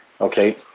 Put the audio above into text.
Okay